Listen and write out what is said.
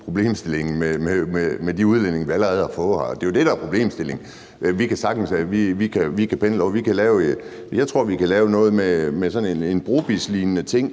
problemstillingen med de udlændinge, vi allerede har fået her. Det er jo det, der er problemstillingen. Man kan sagtens pendle, og jeg tror, at vi